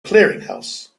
clearinghouse